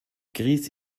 grise